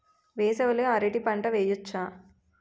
వేసవి లో అరటి పంట వెయ్యొచ్చా?